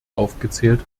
aufgezählt